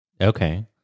okay